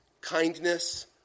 kindness